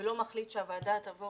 ולא מחליט שהוועדה תבוא